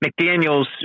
McDaniel's